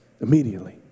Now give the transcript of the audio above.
Immediately